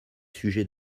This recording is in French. sujets